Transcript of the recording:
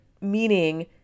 Meaning